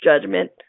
judgment